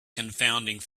confounded